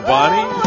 Bonnie